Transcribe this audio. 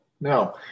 Now